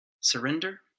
Surrender